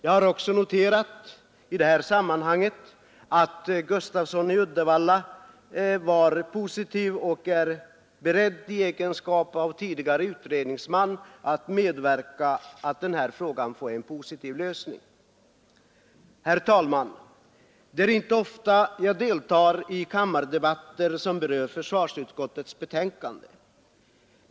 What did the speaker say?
Jag har också noterat att herr Gustafsson i Uddevalla är beredd att i egenskap av tidigare utredningsman medverka till att frågan får en positiv lösning. Herr talman! Det är inte ofta jag deltar i kammardebatter som berör försvarsutskottets betänkanden.